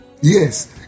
yes